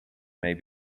may